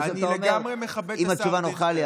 וכשהוא נותן לך את התשובה,